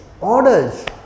orders